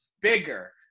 bigger